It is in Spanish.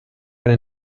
para